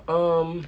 um